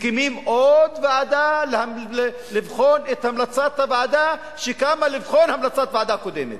מקימים עוד ועדה לבחון את המלצת הוועדה שקמה לבחון המלצת ועדה קודמת.